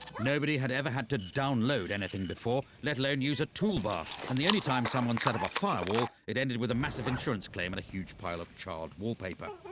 nobody had ever had to download anything before, let alone use a toolbar and the only time someone set up a firewall it ended with a massive insurance claim and a huge pile of charred wallpaper.